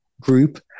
group